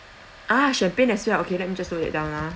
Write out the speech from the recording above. ah champagne as well okay let me just note it down ah